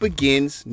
begins